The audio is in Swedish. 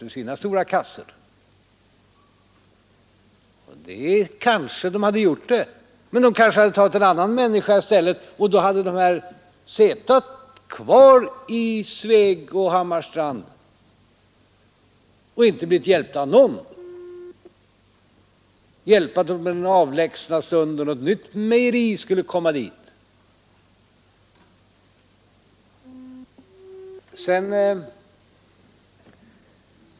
Det hade man kanske kunnat göra, ur sina stora kassor, men man kunde också ha tagit en annan människa i stället, och då hade de tidigare anställda suttit kvar i Sveg och Hammarstrand och inte blivit hjälpta av någon — inte förrän i den avlägsna stunden då något nytt mejeri skulle ha kommit dit.